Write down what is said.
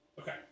Okay